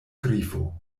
grifo